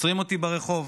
עוצרים אותי ברחוב,